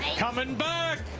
coming back.